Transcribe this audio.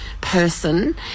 person